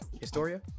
Historia